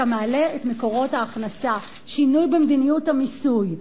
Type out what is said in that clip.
אתה מעלה את מקורות ההכנסה: שינוי במדיניות המיסוי,